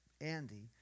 Andy